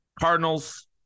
Cardinals